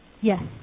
Yes